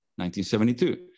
1972